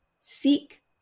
seek